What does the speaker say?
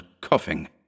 coughing